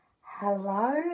Hello